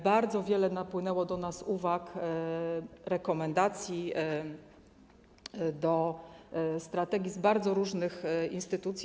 Bardzo wiele napłynęło do nas uwag, rekomendacji do strategii z bardzo różnych instytucji.